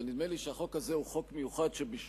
אבל נדמה לי שהחוק הזה הוא חוק מיוחד משום